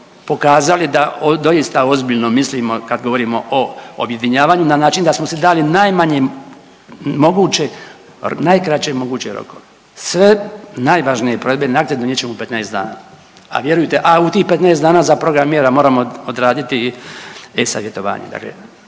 da doista ozbiljno mislimo kad govorimo o objedinjavanju na način da smo se dali najmanjim moguće, najkraće moguće rokove, sve najvažniji provedbeni akti donijet ćemo u 15 dana, a vjerujte, a u tih 15 dana za program mjera moramo odraditi i e-Savjetovanje,